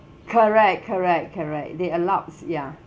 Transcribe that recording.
correct correct correct they allowed s~ ya